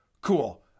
Cool